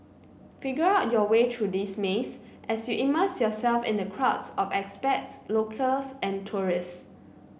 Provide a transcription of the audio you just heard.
figure out your way through this maze as you immerse yourself in the crowds of expats locals and tourists